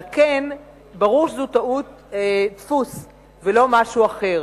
על כן ברור שזאת טעות דפוס ולא משהו אחר.